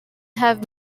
have